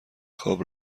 خواب